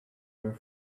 were